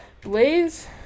Blaze